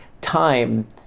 time